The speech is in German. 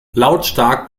lautstark